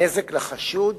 הנזק לחשוד